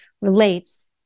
relates